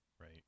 Right